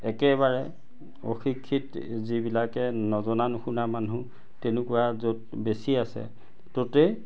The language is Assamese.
একেবাৰে অশিক্ষিত যিবিলাকে নজনা নুশুনা মানুহ তেনেকুৱা য'ত বেছি আছে ত'তেই